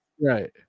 Right